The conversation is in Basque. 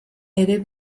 ere